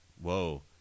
whoa